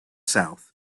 south